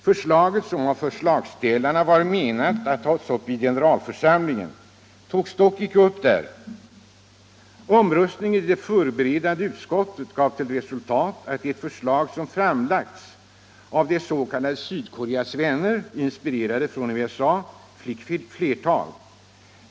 Förslaget, som av förslagsställarna var menat att tas upp av generalförsamlingen, togs dock inte upp där. Omröstningen i det förberedande utskottet gav till resultat att ett förslag som framlagts av ”Sydkoreas vänner”, inspirerade av USA, fick flertal.